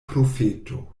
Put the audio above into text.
profeto